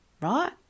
right